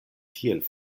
tiel